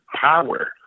power